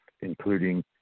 including